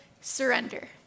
surrender